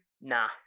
Nah